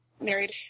married